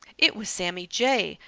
it was sammy jay!